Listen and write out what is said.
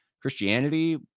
Christianity